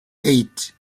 eight